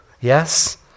yes